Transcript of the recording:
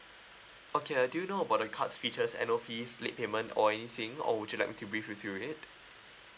okay uh do you know about the cards features annual fees late payment or anything or would you like me to brief you through it